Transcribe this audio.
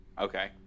Okay